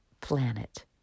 planet